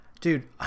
Dude